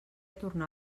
tornar